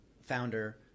founder